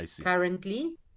currently